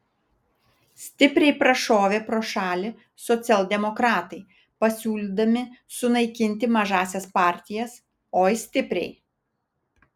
stipriai prašovė pro šalį socialdemokratai pasiūlydami sunaikinti mažąsias partijas oi stipriai